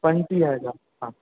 पंजुटीह हज़ार हा